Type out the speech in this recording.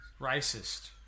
racist